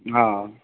हँ